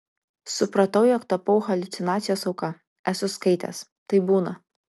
supratau jog tapau haliucinacijos auka esu skaitęs taip būna